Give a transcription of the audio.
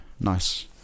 nice